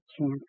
chance